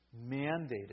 mandated